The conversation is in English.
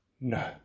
No